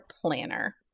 planner